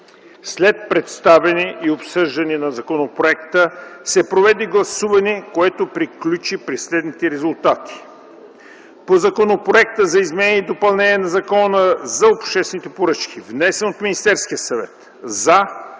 След представяне и обсъждане на законопроекта се проведе гласуване, което приключи при следните резултати: - по Законопроекта за изменение и допълнение на Закона за обществените поръчки, внесен от Министерския съвет: „за”